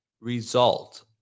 result